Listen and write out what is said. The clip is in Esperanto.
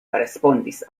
respondis